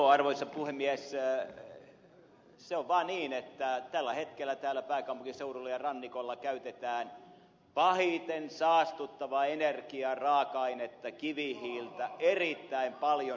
se on vaan niin että tällä hetkellä täällä pääkaupunkiseudulla ja rannikolla käytetään pahiten saastuttavaa energiaraaka ainetta kivihiiltä erittäin paljon